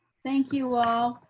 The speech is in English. thank you all.